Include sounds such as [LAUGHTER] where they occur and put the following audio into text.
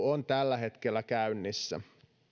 [UNINTELLIGIBLE] on tällä hetkellä käynnissä